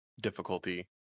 difficulty